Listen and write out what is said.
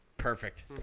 perfect